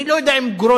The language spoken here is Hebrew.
אני לא יודע אם גרוניס